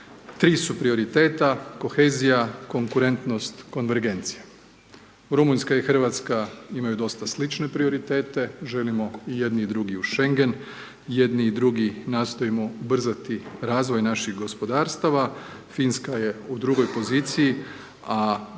Tri su prioriteta, kohezija, konkurentnost, konvergencija. Rumunjska i Hrvatska imaju dosta slične prioritete, želimo i jedni i drugi u Schengen, jedni i drugi nastojimo ubrzati razvoj naših gospodarstava, Finska je u drugoj poziciji, a njena